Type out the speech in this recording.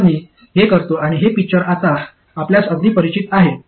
तर मी हे करतो आणि हे पिक्चर आता आपल्यास अगदी परिचित आहे